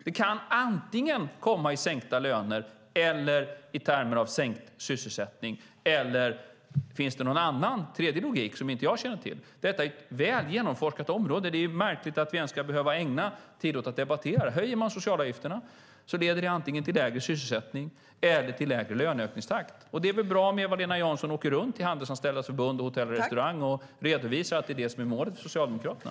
Det kan antingen komma i sänkta löner eller i termer av sänkt sysselsättning. Finns det någon annan, tredje logik som inte jag känner till? Detta är ett väl genomforskat område. Det är märkligt att vi ens ska behöva ägna tid åt att debattera det. Höjer man socialavgifterna leder det antingen till lägre sysselsättning eller till lägre löneökningstakt. Det är väl bra om Eva-Lena Jansson åker runt till Handelsanställdas förbund, Hotell och restaurangfacket och redovisar att det är det som är målet för Socialdemokraterna.